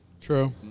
True